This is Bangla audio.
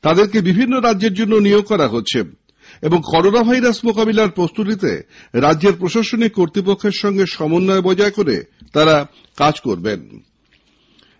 তাদেরকে বিভিন্ন রাজ্যের জন্য নিয়োগ করা হবে এবং করোনা ভাইরাস মোকাবিলার প্রস্তুতিতে রাজ্যের প্রশাসনিক কর্তৃপক্ষের সঙ্গে সমন্বয় রেখে তাঁরা কাজ করবেন